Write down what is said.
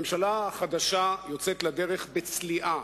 הממשלה החדשה יוצאת לדרך בצליעה.